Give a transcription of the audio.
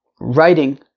writing